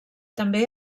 també